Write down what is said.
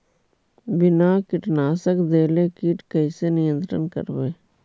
बिना कीटनाशक देले किट कैसे नियंत्रन करबै?